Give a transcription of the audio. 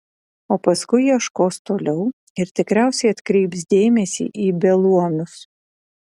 o paskui ieškos toliau ir tikriausiai atkreips dėmesį į beluomius